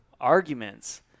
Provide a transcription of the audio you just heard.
arguments